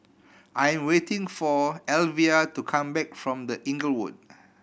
I'm waiting for Elvia to come back from The Inglewood